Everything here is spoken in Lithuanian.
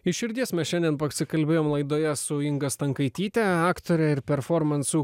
iš širdies mes šiandien pasikalbėjom laidoje su inga stankaityte aktore ir performansų